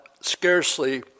scarcely